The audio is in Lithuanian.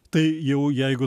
tai jau jeigu